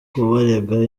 kubarega